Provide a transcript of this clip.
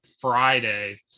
friday